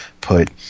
put